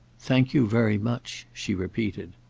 thank you very much, she repeated.